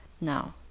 now